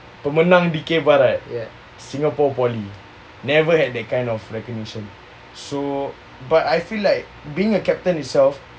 pemenang dikir barat singapore poly never had that kind of recognition so but I feel like being a captain itself